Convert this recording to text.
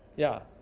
yeah.